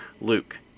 Luke